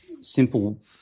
simple